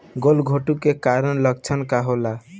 गलघोंटु के कारण लक्षण का होखे?